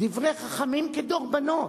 דברי חכמים כדרבונות.